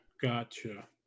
Gotcha